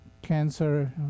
Cancer